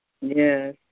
Yes